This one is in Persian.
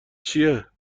چیه